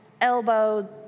elbow